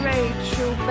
Rachel